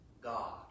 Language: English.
God